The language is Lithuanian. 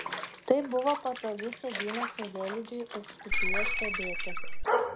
tai buvo patogi sėdynė saulėlydžiui aukštupyje stebėti